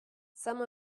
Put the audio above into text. some